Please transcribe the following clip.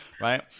right